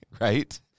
right